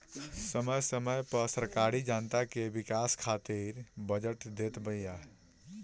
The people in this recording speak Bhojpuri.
समय समय पअ सरकार जनता के विकास खातिर बजट देत बिया